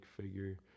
figure